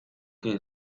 que